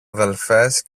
αδελφές